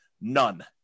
None